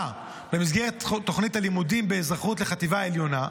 במסגרת תוכנית הלימודים באזרחות לחטיבה העליונה,